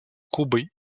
кубой